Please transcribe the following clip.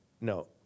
no